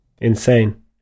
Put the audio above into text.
Insane